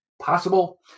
possible